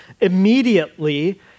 immediately